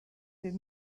des